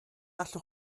allwch